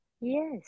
Yes